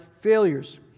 failures